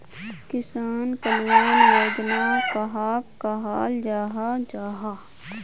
किसान कल्याण योजना कहाक कहाल जाहा जाहा?